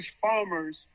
farmers